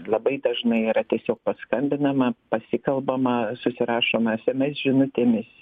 labai dažnai yra tiesiog paskambinama pasikalbama susirašoma sms žinutėmis